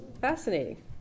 Fascinating